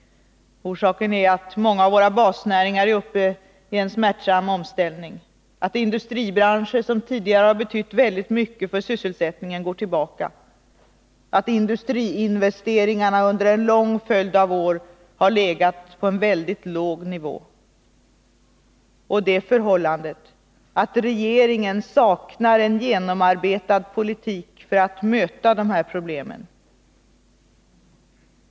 Orsaken är att många av våra basnäringar är mitt uppe i en smärtsam omställning, att industribranscher som tidigare har betytt väldigt mycket för sysselsättningen går tillbaka, att industriinvesteringarna under en lång följd av år har legat på en mycket låg nivå och det förhållandet att regeringen saknar en genomarbetad politik för att möta de här problemen.